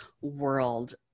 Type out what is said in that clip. world